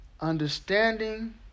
understanding